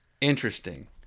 Interesting